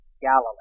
Galilee